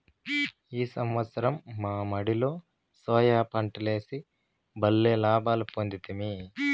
ఈ సంవత్సరం మా మడిలో సోయా పంటలేసి బల్లే లాభ పొందితిమి